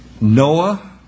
Noah